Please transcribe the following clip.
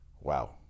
Wow